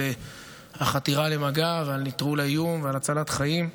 על החתירה למגע ועל נטרול האיום ועל הצלת חיים.